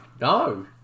no